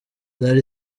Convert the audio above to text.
zari